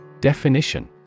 Definition